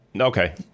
Okay